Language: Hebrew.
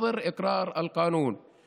דיור שמחכות לאישור החוק.